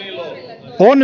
on